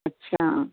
अच्छा